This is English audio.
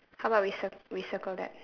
how about we cir~ we circle that